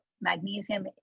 magnesium